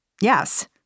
yes